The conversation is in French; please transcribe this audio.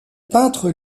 peintre